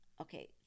okay